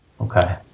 Okay